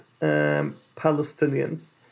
Palestinians